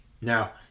Now